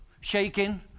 shaking